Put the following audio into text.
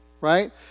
Right